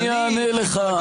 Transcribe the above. אני אענה לך.